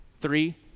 Three